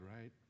Right